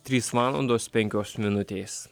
trys valandos penkios minutės